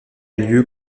lieu